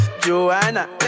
Joanna